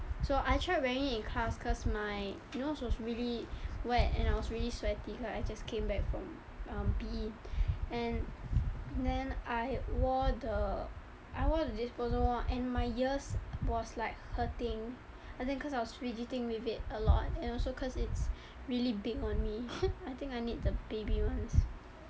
so I tried wearing it in class cause my nose was really wet and I was really sweaty cause I just came back from um P_E and then I wore the I wore the disposable one and my ears was like hurting I think cause I was fidgeting with it a lot and also cause it's really big on me I think I need the baby ones